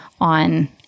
on